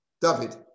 David